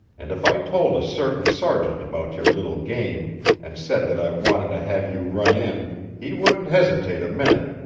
and if i told a certain sergeant about your little game and said that i wanted to have you run in he wouldn't hesitate a minute.